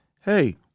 hey